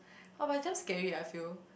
oh but is damn scary I feel